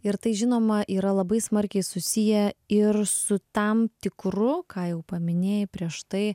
ir tai žinoma yra labai smarkiai susiję ir su tam tikru ką jau paminėjai prieš tai